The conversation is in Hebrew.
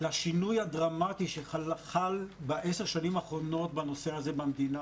לשינוי הדרמטי שחל בעשר השנים האחרונות בנושא הזה במדינה.